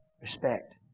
respect